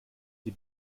die